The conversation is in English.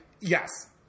yes